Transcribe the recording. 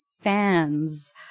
fans